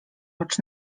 rocz